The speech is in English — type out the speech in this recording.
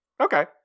Okay